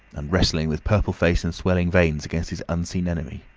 and wrestling with purple face and swelling veins against his unseen enemy.